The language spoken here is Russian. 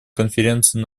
конференции